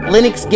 Linux